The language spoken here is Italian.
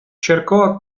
cercò